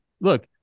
look